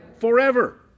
Forever